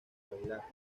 bailar